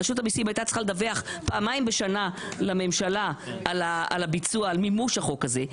רשות המסים הייתה צריכה לדווח פעמיים בשנה לממשלה על מימוש החוק הזה,